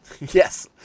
Yes